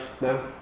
No